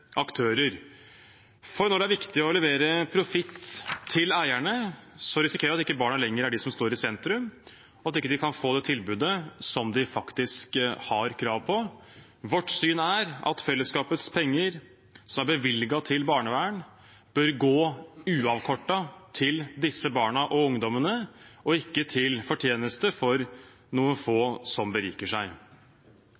aktører. For når det er viktig å levere profitt til eierne, risikerer man at det ikke lenger er barna som står i sentrum, at de ikke kan få det tilbudet som de faktisk har krav på. Vårt syn er at fellesskapets penger som er bevilget til barnevern, bør gå uavkortet til disse barna og ungdommene, og ikke til fortjeneste for noen få